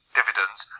dividends